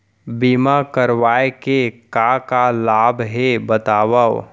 बीमा करवाय के का का लाभ हे बतावव?